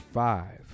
five